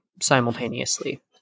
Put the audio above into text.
simultaneously